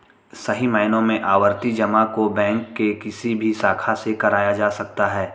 सही मायनों में आवर्ती जमा को बैंक के किसी भी शाखा से कराया जा सकता है